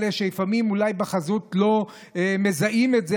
שלפעמים אולי בחזות לא מזהים את זה,